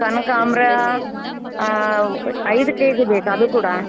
ಕನಕಾಂಬ್ರಾ ಐದು K G ಬೇಕು ಅದು ಕೂಡ